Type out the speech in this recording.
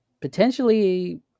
potentially